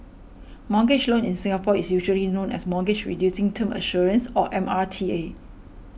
mortgage loan in Singapore is usually known as Mortgage Reducing Term Assurance or M R T A